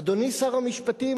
אדוני שר המשפטים,